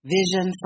vision